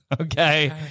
okay